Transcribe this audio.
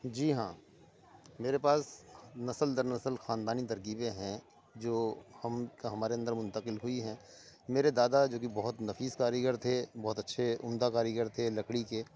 جی ہاں میرے پاس نسل در نسل خاندانی ترکیبیں ہیں جو ہم ہمارے اندر منتقل ہوئی ہیں میرے دادا جو کہ بہت نفیس کاریگر تھے بہت اچّھے عمدہ کاریگر تھے لکڑی کے